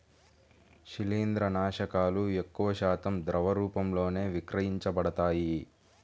శిలీంద్రనాశకాలు ఎక్కువశాతం ద్రవ రూపంలోనే విక్రయించబడతాయి